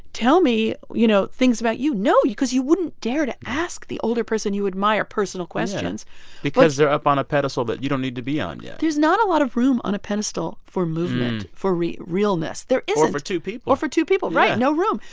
tell me, you know, things about you. no, you because you wouldn't dare to ask the older person you admire personal questions because they're up on a pedestal that you don't need to be on yet there's not a lot of room on a pedestal for movement, for realness. there isn't or for two people. or for two people, right no room.